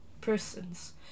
persons